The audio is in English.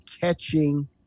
catching